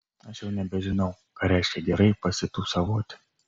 aš jau nebežinau ką reiškia gerai pasitūsavoti